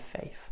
faith